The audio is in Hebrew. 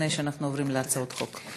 לפני שאנחנו עוברים להצעות חוק.